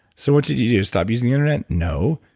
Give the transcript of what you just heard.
so what should you do, stop using the internet? no.